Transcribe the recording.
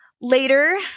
Later